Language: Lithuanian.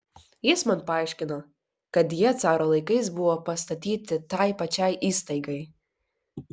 jis man paaiškino kad jie caro laikais buvo pastatyti tai pačiai įstaigai